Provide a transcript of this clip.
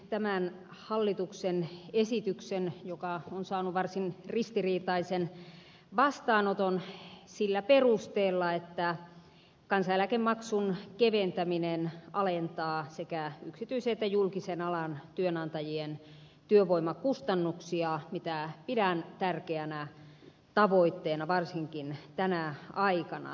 hyväksyn tämän hallituksen esityksen joka on saanut varsin ristiriitaisen vastaanoton sillä perusteella että kansaneläkemaksun keventäminen alentaa sekä yksityisen että julkisen alan työnantajien työvoimakustannuksia mitä pidän tärkeänä tavoitteena varsinkin tänä aikana